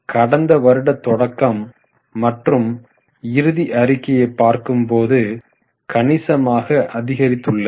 கடந்த வருட தொடக்கம் மற்றும் இறுதி அறிக்கையை பார்க்கும் போது கணிசமாக அதிகரித்துள்ளது